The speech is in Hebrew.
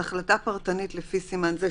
"השגה 22. על החלטה פרטנית לפי סימן זה"